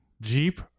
Jeep